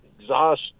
exhaust